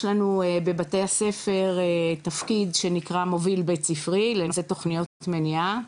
יש לנו בבתי הספר תפקיד שנקרא מוביל בית ספרי לנושא תוכניות מניעה,